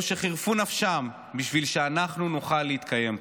שחירפו נפשם בשביל שאנחנו נוכל להתקיים פה.